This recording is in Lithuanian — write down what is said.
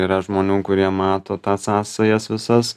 yra žmonių kurie mato tą sąsajas visas